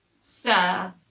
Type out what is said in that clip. Sir